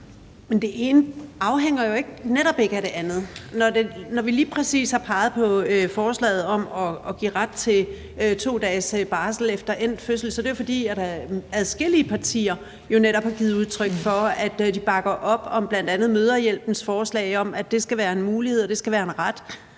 det ene afhænger jo netop ikke af det andet. Når vi lige præcis har peget på forslaget om at give ret til 2 dages ophold efter endt fødsel, er det jo, fordi adskillige partier netop har givet udtryk for, at de bakker op om bl.a. Mødrehjælpens forslag om, at det skal være en mulighed, og at det skal være en ret.